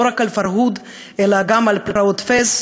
לא רק על ה"פרהוד" אלא גם על פרעות פאס,